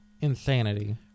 insanity